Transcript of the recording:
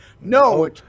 No